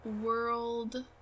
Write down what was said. World